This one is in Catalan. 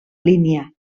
línia